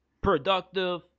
productive